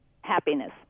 Happiness